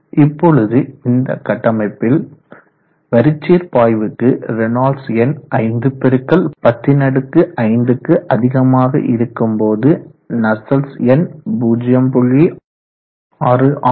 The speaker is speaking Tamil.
இப்பொழுது இந்த கட்டமைப்பில் வரிச்சீர் பாய்வுக்கு ரேனால்ட்ஸ் எண் 5 பெருக்கல் 105க்கு குறைவாக இருக்கும் போது நஸ்சல்ட்ஸ் எண் 0